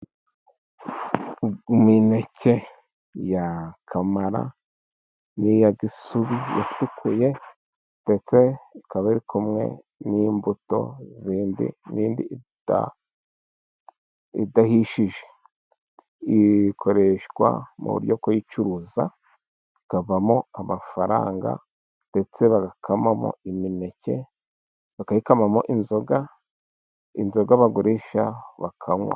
Imineke ya kamara n'iya gisubi yatukuye ndetse ikaba iri kumwe n'imbuto zindi n'indi idahishije, ikoreshwa mu buryo kuyicuruza hakavamo amafaranga, ndetse bagakamamo imineke bakayikamamo inzoga ,inzoga bagurisha bakanywa.